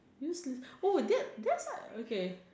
useless oh that that's like okay